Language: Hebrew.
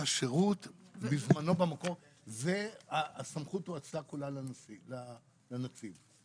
הסמכות הואצלה כולה לנציב.